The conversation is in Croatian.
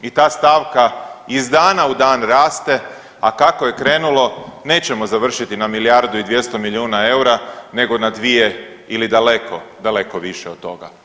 I ta stavka iz dana u dan raste, a kako je krenulo nećemo završiti na milijardu i 200 milijuna EUR-a nego na 2 ili daleko, daleko više od toga.